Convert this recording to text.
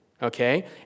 Okay